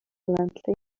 violently